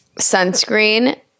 sunscreen